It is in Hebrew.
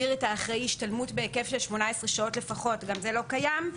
שהאחראי יעבור השתלמות בהיקף של 18 שעות גם זה לא קיים,